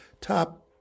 top